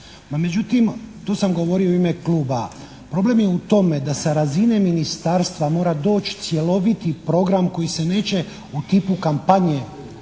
međutim, to sam govorio i u ime kluba, problem je u tome da sa razine ministarstva mora doći cjeloviti program koji se neće u tipu kampanje